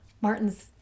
Martin's